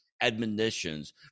admonitions